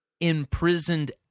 imprisoned